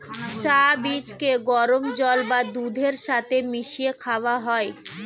চা বীজকে গরম জল বা দুধের সাথে মিশিয়ে খাওয়া হয়